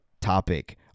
topic